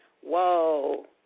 Whoa